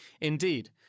Indeed